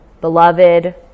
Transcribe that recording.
Beloved